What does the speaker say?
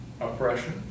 oppression